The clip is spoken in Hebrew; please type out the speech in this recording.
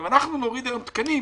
אם נוריד היום תקנים